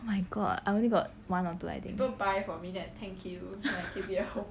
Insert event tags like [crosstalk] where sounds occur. oh my god I only got one or two I think [laughs]